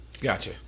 Gotcha